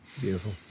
Beautiful